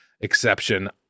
exception